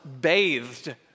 bathed